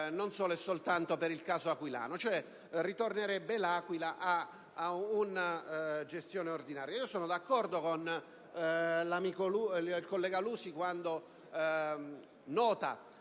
non solo e soltanto per il caso aquilano; cioè L'Aquila ritornerebbe ad una gestione ordinaria. Sono d'accordo con il collega Lusi quando nota